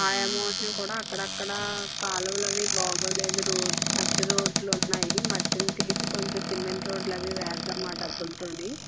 ఆ అమౌంట్ని కూడా అక్కడక్కడ కాలవలవి బాగా లేదు రోడ్లు మట్టి రోడ్లు ఉన్నాయి మట్టిని తీసి కొంచెం సిమెంట్ రోడ్లు అవి వేద్దాము ఆ డబ్బులతోని